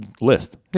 list